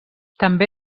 també